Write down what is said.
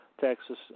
Texas